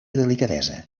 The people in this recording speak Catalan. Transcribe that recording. delicadesa